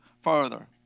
further